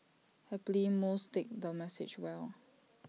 happily most take the message well